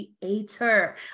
creator